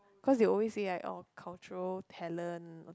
cause they always say like oh culture talent